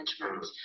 management